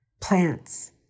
plants